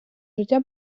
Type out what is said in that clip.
життя